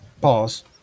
Pause